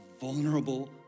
vulnerable